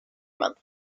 month